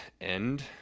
end